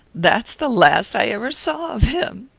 that's the last i ever saw of him.